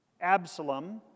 Absalom